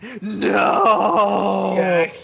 No